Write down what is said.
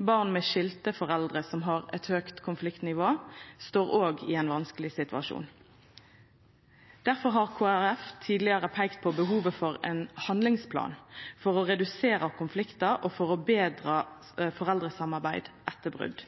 Barn med skilte foreldre som har eit høgt konfliktnivå, står òg i ein vanskeleg situasjon. Difor har Kristeleg Folkeparti tidlegare peikt på behovet for ein handlingsplan for å redusera konfliktar og for å betra foreldresamarbeid etter